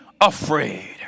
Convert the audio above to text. afraid